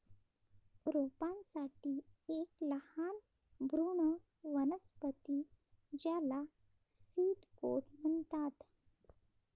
रोपांसाठी एक लहान भ्रूण वनस्पती ज्याला सीड कोट म्हणतात